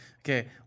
Okay